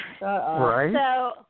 Right